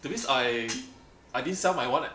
that means I I didn't sell my one at